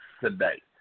today